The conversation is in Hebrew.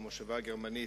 במושבה-הגרמנית.